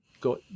go